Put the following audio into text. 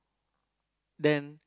then